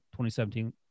2017